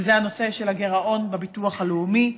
וזה הנושא של הגירעון בביטוח הלאומי,